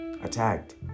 attacked